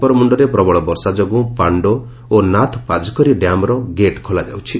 ଉପରମୁଣ୍ଡରେ ପ୍ରବଳ ବର୍ଷା ଯୋଗୁଁ ପାଣ୍ଡୋ ଓ ନାଥ୍ପାଝକ୍ରୀ ଡ୍ୟାମର ଗେଟ୍ ଖୋଲାଯାଉଛି